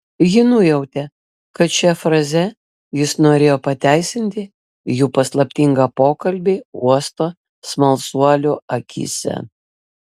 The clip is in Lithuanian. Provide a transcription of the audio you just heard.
ji nujautė kad šia fraze jis norėjo pateisinti jų paslaptingą pokalbį uosto smalsuolių akyse